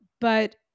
But-